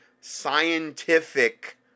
scientific